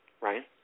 Ryan